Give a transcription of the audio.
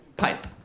Pipe